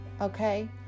okay